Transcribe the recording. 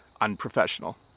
unprofessional